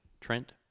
Trent